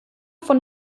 von